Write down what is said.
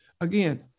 again